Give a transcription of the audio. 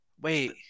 Wait